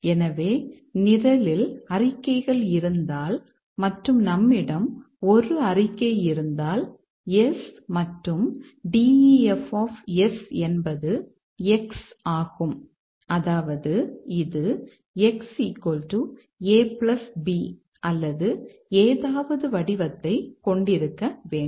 எனவே நிரலில் அறிக்கைகள் இருந்தால் மற்றும் நம்மிடம் 1 அறிக்கை இருந்தால் S மற்றும் DEF என்பது X ஆகும் அதாவது இது X a b அல்லது ஏதாவது வடிவத்தைக் கொண்டிருக்க வேண்டும்